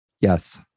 Yes